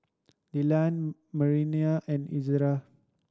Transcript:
Dillan Manervia and Ezra